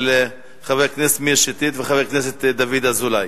חבר הכנסת מאיר שטרית וחבר הכנסת דוד אזולאי.